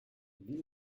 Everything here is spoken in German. wie